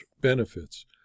benefits